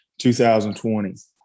2020